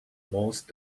most